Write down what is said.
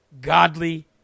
godly